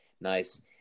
nice